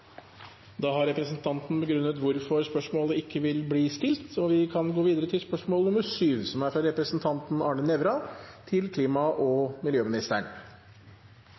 Da har representanten Marit Arnstad begrunnet hvorfor spørsmålet ikke vil bli stilt, og vi går videre til neste spørsmål. Dette spørsmålet, fra representanten Ivar Odnes til samferdselsministeren, vil bli besvart av olje- og